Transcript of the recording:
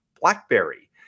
BlackBerry